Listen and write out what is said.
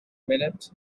minute